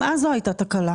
גם אז זו הייתה תקלה.